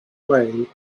way